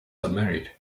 unmarried